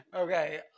Okay